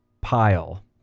pile